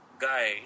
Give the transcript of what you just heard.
guy